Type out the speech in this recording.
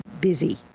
busy